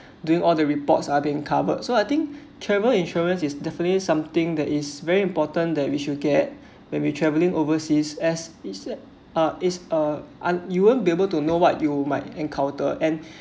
doing all the reports are being covered so I think travel insurance is definitely something that is very important that we should get when we traveling overseas as it's uh is uh un~ you won't be able to know what you might encounter and